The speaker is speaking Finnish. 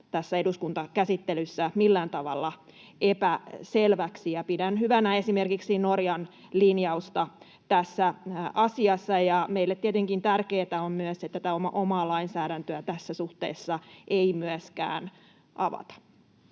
tässä eduskuntakäsittelyssä millään tavalla epäselväksi. Pidän hyvänä esimerkiksi Norjan linjausta tässä asiassa. Meille on tietenkin tärkeätä myös, että tätä omaa lainsäädäntöä tässä suhteessa ei myöskään avata.